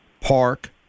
park